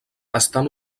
estan